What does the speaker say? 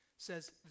says